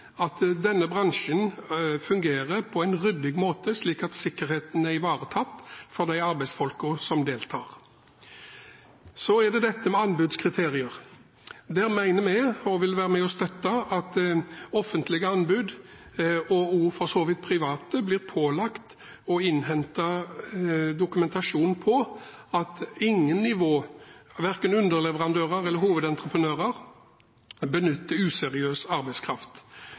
at denne bransjen fungerer på en ryddig måte, slik at sikkerheten er ivaretatt for de arbeidsfolkene som deltar. Så er det dette med anbudskriterier. Vi vil være med og støtte at offentlige anbud, og for så vidt også private, blir pålagt å innhente dokumentasjon på at ingen nivå, verken underleverandører eller hovedentreprenører, benytter useriøs arbeidskraft.